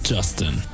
Justin